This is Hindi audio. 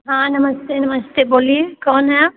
हाँ नमस्ते नमस्ते बोलिए कौन हैं आप